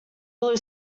blue